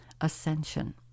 ascension